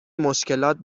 مشکلات